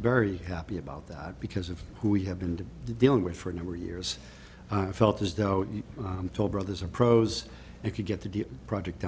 very happy about that because of who we have been dealing with for a number of years i felt as though i'm told brothers are pros if you get the project